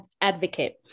advocate